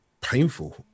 painful